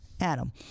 Adam